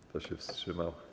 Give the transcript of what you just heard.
Kto się wstrzymał?